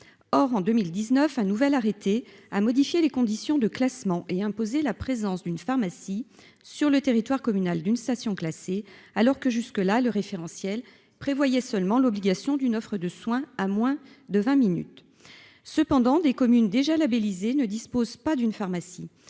en 2019, un nouvel arrêté a modifié les conditions de classement et imposé la présence d'une pharmacie sur le territoire communal d'une station classée, alors que le référentiel prévoyait jusqu'alors seulement l'obligation d'une offre de soins à moins de vingt minutes. Des communes déjà labellisées ne disposent pas d'une pharmacie.